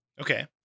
Okay